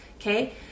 Okay